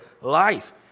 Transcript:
life